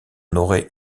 n’aurait